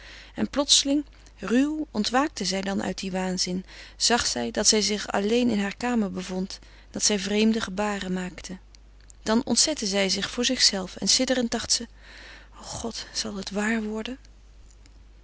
en plotseling ruw ontwaakte zij dan uit dien waanzin zag zij dat zij zich alleen in hare kamer bevond dat zij vreemde gebaren maakte dan ontzette zij voor zichzelve en sidderend dacht ze o god zal het waar worden